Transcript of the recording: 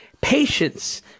Patience